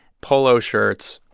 polo shirts.